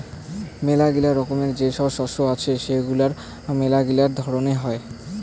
মেলাগিলা রকমের যে সব শস্য আছে সেগুলার মেলাগিলা ধরন হই